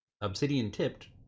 obsidian-tipped